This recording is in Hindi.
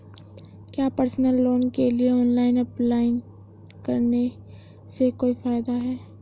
क्या पर्सनल लोन के लिए ऑनलाइन अप्लाई करने से कोई फायदा है?